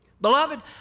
beloved